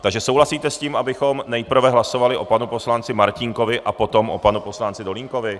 Takže souhlasíte s tím, abychom nejprve hlasovali o panu poslanci Martínkovi, a potom o panu poslanci Dolínkovi?